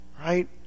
right